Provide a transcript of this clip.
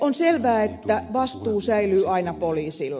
on selvää että vastuu säilyy aina poliisilla